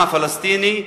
עם העם הפלסטיני,